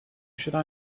should